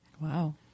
Wow